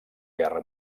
guerra